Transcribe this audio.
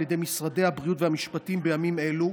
על ידי משרדי הבריאות והמשפטים בימים אלו.